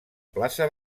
plaça